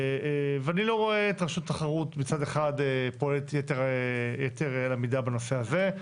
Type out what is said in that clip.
מצד אחד אני לא רואה את רשות התחרות פועלת יתר על המידה בנושא הזה.